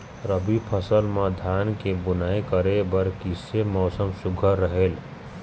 रबी फसल म धान के बुनई करे बर किसे मौसम सुघ्घर रहेल?